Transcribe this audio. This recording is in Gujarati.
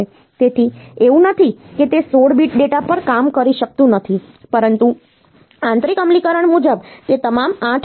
તેથી એવું નથી કે તે 16 bit ડેટા પર કામ કરી શકતું નથી પરંતુ આંતરિક અમલીકરણ મુજબ તે તમામ 8 bit છે